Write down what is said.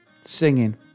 Singing